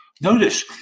Notice